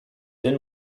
den